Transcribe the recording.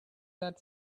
that